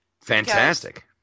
Fantastic